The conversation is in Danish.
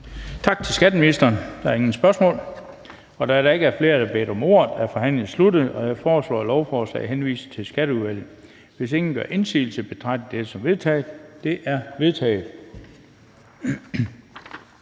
Tak til skatteministeren. Der er ingen spørgsmål. Da der ikke er flere, der har bedt om ordet, er forhandlingen sluttet. Jeg foreslår, at lovforslaget henvises til Skatteudvalget. Hvis ingen gør indsigelse, betragter jeg dette som vedtaget. Det er vedtaget.